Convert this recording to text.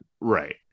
right